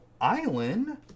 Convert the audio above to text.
island